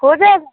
हो जाएगा